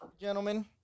gentlemen